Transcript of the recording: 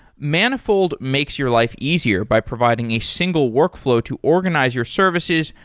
manifold makes your life easier by providing a single workflow to organize your services,